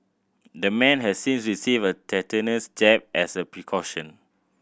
the man has since received a tetanus jab as a precaution